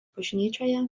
bažnyčioje